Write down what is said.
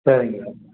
சரிங்க சார்